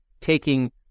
taking